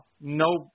No